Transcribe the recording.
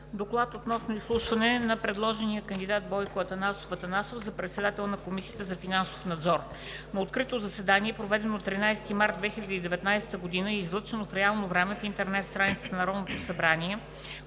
„ДОКЛАД относно изслушване на предложения кандидат Бойко Атанасов Атанасов за председател на Комисията за финансов надзор На открито заседание, проведено на 13 март 2019 г. и излъчено в реално време в интернет страницата на Народното събрание,